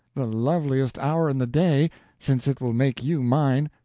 the loveliest hour in the day since it will make you mine.